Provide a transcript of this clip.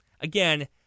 Again